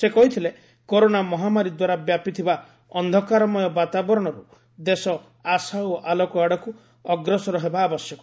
ସେ କହିଥିଲେ କରୋନା ମହାମାରୀଦ୍ୱାରା ବ୍ୟାପିଥିବା ଅନ୍ଧକାରମୟ ବାତାବରଣରୁ ଦେଶ ଆଶା ଓ ଆଲୋକ ଆଡ଼କୁ ଅଗ୍ରସର ହେବା ଆବଶ୍ୟକ